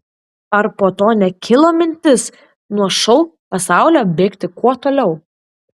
ar po to nekilo mintis nuo šou pasaulio bėgti kuo toliau